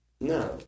No